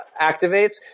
activates